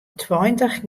twintich